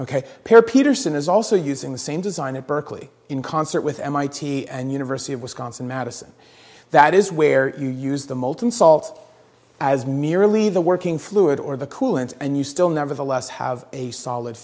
here peterson is also using the same design at berkeley in concert with mit and university of wisconsin madison that is where you use the molten salt as merely the working fluid or the coolant and you still nevertheless have a solid